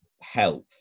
health